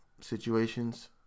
situations